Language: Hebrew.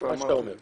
מה שאתה אומר.